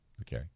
Okay